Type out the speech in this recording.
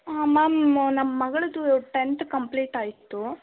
ಹಾಂ ಮ್ಯಾಮ್ ನಮ್ಮ ಮಗಳದ್ದು ಟೆಂತ್ ಕಂಪ್ಲೀಟ್ ಆಯಿತು